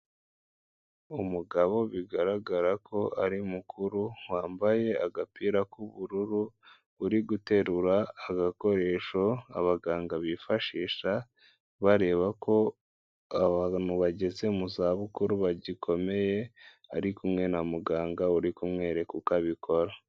Umugabo bigaragara ko ari mukuru, wambaye agapira k'ubururu, uri guterura agakoresho abaganga bifashisha bareba ko abantu bageze mu za bukuru bagikomeye, ari kumwe na muganga uri kumwereka uko abikora.